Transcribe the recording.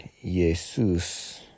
Jesus